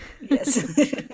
yes